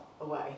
away